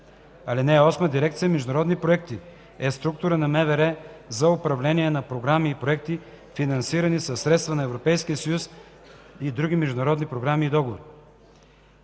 случаи. (8) Дирекция „Международни проекти” е структура на МВР за управление на програми и проекти, финансирани със средства на Европейския съюз и от други международни програми и договори.